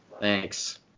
Thanks